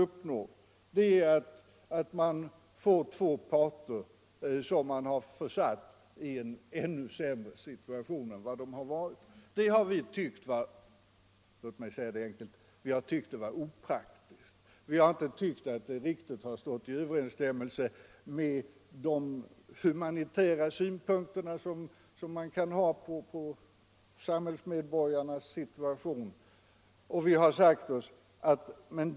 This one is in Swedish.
Slutresultatet blir att parterna har försatts i en ännu sämre situation än den de var i. Det har vi, enkelt sagt, tyckt vara opraktiskt. Det står inte riktigt i överensstämmelse med de humana synpunkterna på samhällsmedborgarnas situation.